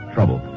Trouble